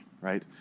right